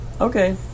Okay